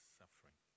suffering